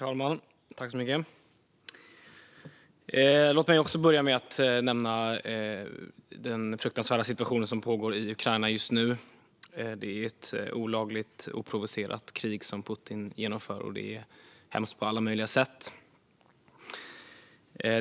Herr talman! Låt mig också börja med att nämna den fruktansvärda situationen i Ukraina just nu. Det är ett olagligt och oprovocerat krig som Putin genomför, och det är hemskt på alla möjliga sätt.